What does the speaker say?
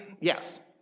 yes